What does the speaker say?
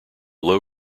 low